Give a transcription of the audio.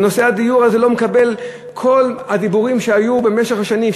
כל הדיבורים שהיו במשך השנים,